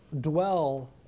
Dwell